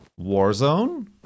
Warzone